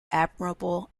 admirable